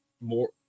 more